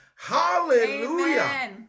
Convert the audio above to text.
Hallelujah